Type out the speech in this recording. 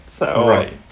Right